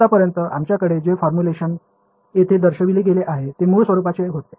आतापर्यंत आमच्याकडे जे फॉर्म्युलेशन येथे दर्शविले गेले आहे ते मूळ स्वरूपाचे होते